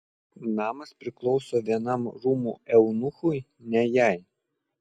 namas priklauso vienam rūmų eunuchui ne jai